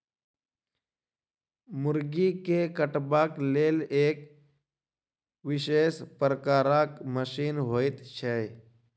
मुर्गी के कटबाक लेल एक विशेष प्रकारक मशीन होइत छै